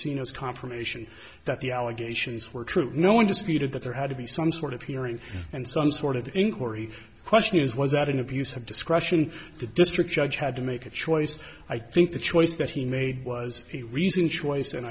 as confirmation that the allegations were true no one disputed that there had to be some sort of hearing and some sort of inquiry question is was that an abuse of discretion the district judge had to make a choice i think the choice that he made was a reasoned choice and